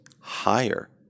higher